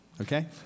okay